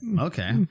Okay